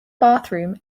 bathroom